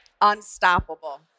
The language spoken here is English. unstoppable